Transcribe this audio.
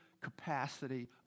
capacity